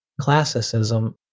classicism